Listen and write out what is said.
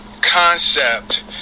concept